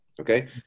Okay